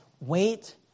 wait